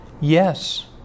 Yes